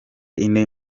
ine